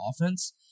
offense